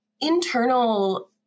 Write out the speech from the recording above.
internal